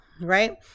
right